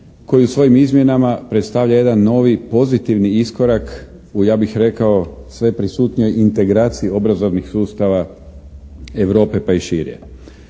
koji u svojim izmjenama predstavlja jedan novi pozitivni iskorak u ja bih rekao sve prisutnijoj integraciji obrazovnih sustava Europe pa i širje.